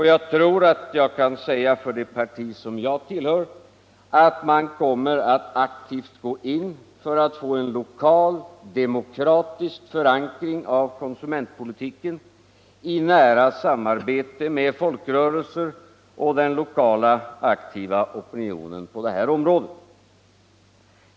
Jag tror att jag kan säga för det parti som jag tillhör att man kommer att aktivt gå in för att få en lokal, demokratisk förankring av konsumentpolitiken i nära samarbete med folkrörelser och den lokala aktiva opinionen på det här området.